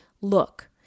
look